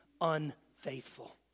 unfaithful